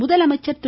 முதலமைச்சர் திரு